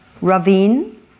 ravine